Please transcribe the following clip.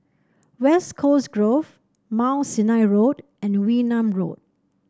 West Coast Grove Mount Sinai Road and Wee Nam Road